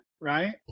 right